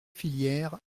filière